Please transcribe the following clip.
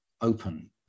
open